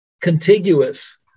contiguous